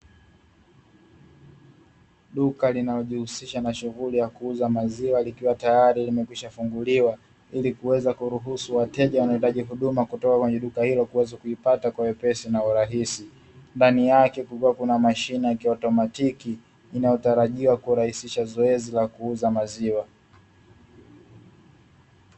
Duka linalojihusisha na shughuli ya kuuza maziwa likiwa tayari limekwisha funguliwa, ili kuweza kuruhusu wateja wahaohitaji huduma kutoka kwenye duka hilo kuweza kuvipata kwa wepesi na urahisi. Ndani yake kukiwa kuna mashine ya kiotomatiki inayotarajiwa kurahisisha zoezi la kuuza maziwa.